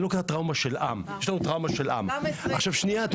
מוסכם שיש עניין שמי